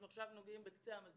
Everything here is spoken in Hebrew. אנחנו עכשיו נוגעים בקצה המזלג,